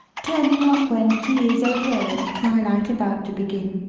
turning up when tea is over and twilight about to begin?